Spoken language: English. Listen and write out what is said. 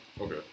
Okay